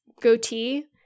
goatee